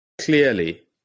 clearly